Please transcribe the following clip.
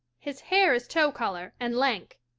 his hair is tow-color and lank,